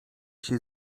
się